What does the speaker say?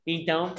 Então